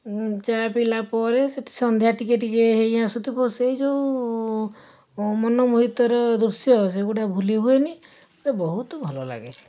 ଚା' ପିଇଲା ପରେ ସେଇଠି ସନ୍ଧ୍ୟା ଟିକିଏ ଟିକିଏ ହେଇ ଆସୁଥିବ ସେଇ ଯେଉଁ ମନମୋହିତର ଦୃଶ୍ୟ ସେଗୁଡ଼ା ଭୁଲି ହୁଏନି ଓ ବହୁତ ଭଲ ଲାଗେ